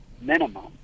minimum